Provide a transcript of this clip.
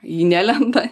į jį neleda